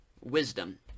wisdom